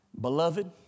Beloved